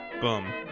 Boom